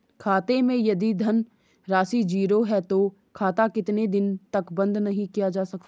खाते मैं यदि धन राशि ज़ीरो है तो खाता कितने दिन तक बंद नहीं किया जा सकता?